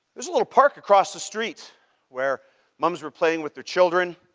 there's a little park across the street where moms were playing with their children.